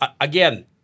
again